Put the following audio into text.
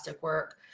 work